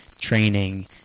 training